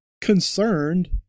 concerned